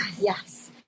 yes